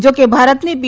જાકે ભારતની પી